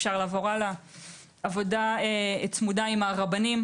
עבודה צמודה עם הרבנים.